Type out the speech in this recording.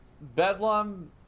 Bedlam